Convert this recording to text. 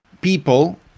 people